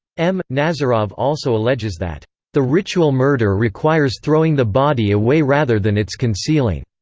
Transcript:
m nazarov also alleges that the ritual murder requires throwing the body away rather than its concealing.